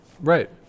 Right